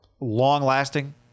long-lasting